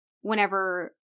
whenever